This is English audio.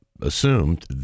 assumed